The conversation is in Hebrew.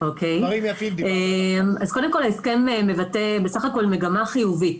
קודם כל ההסכם מבטא בסך הכול מגמה חיובית,